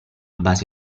base